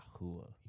Yahuwah